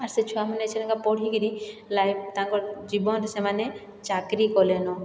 ଆର୍ ସେ ଛୁଆମାନେ ଏଛେନ୍ କା ପଢ଼ିକିରି ଲାଇଫ ତାଙ୍କର୍ ଜୀବନରେ ସେମାନେ ଚାକରି କଲେନ